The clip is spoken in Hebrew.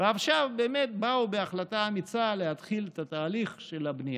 עכשיו באו באמת בהחלטה אמיצה להתחיל את התהליך של הבנייה.